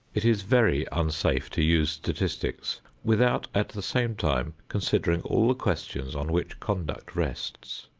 it is very unsafe to use statistics without at the same time considering all the questions on which conduct rests.